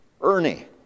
Ernie